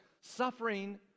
suffering